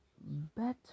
better